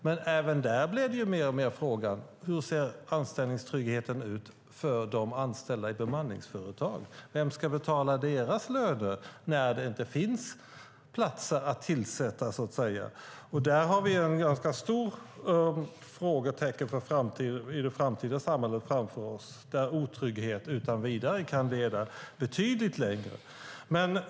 Men även där blir frågan mer och mer hur anställningstryggheten ser ut för de anställda i bemanningsföretag. Vem ska betala deras löner när det inte finns platser att tillsätta? Där har vi ett ganska stort frågetecken framför oss i det framtida samhället där otrygghet utan vidare kan leda betydligt längre.